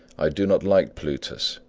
i do not like plutus,